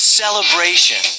celebration